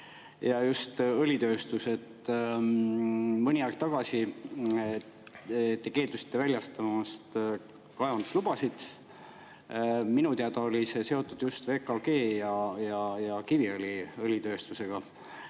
ja just õlitööstus. Mõni aeg tagasi te keeldusite väljastamast kaevanduslubasid. Minu teada oli see seotud just VKG ja Kiviõli õlitööstusega.